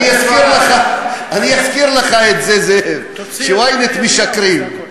אני אזכיר לך את זה, זאב, ש-ynet משקרים.